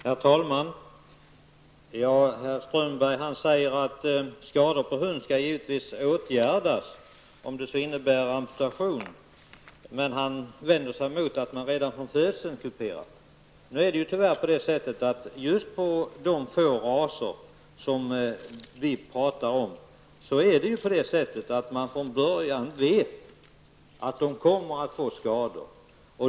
Herr talman! Herr Strömberg säger att skador på höns skall givetvis åtgärdas, om det så innebär amputation. Men han vänder sig mot att man redan vid födseln kuperar hundar. Men just på de få raser vi pratar om vet man att amputation kan leda till skador.